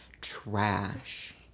Trash